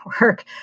work